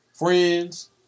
friends